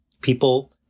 people